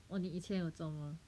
oh 你以前有做 ah